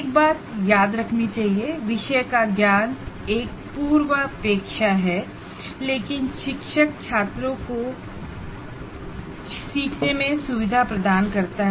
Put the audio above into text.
एक बात याद रखनी चाहिए विषय का ज्ञान एक पूर्वापेक्षा है लेकिन शिक्षक छात्रों को सीखने में सुविधा प्रदान करता है